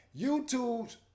YouTube's